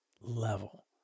level